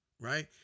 Right